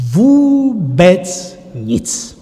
Vůbec nic.